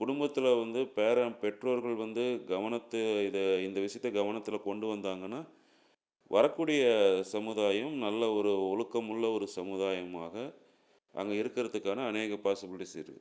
குடும்பத்தில் வந்து பேரண் பெற்றோர்கள் வந்து கவனத்துல இது இந்த விஷயத்த கவனத்தில் கொண்டு வந்தாங்கன்னா வரக்கூடிய சமுதாயம் நல்ல ஒரு ஒழுக்கமுள்ள ஒரு சமுதாயமாக அங்கே இருக்கிறத்துக்கான அநேக பாசிபிலிட்டிஸ் இருக்குது